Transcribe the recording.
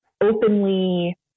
openly